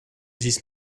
this